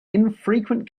infrequent